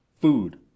food